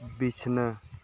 ᱵᱤᱪᱷᱱᱟᱹ